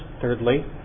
thirdly